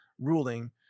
ruling